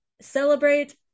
celebrate